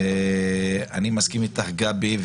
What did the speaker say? אני מסכים אתך גבי,